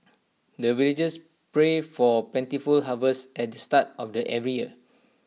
the villagers pray for plentiful harvest at the start of the every year